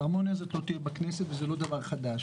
ההרמוניה הזאת לא תהיה בכנסת, וזה לא דבר חדש.